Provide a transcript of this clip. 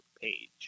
page